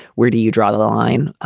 where do you draw the the line?